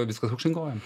viskas aukštyn kojom